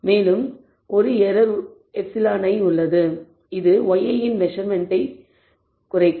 மேலும் ஒரு error εi epsilon இது yi இன் மெசர்மென்ட்டை சிதைக்கும்